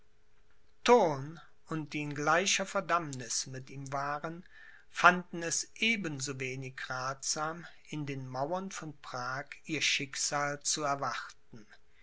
und die in gleicher verdammniß mit ihm waren fanden es eben so wenig rathsam in den mauern von prag ihr schicksal zu erwarten